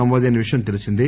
నమోదైన విషయం తెలిసిందే